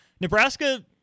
Nebraska –